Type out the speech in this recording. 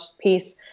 piece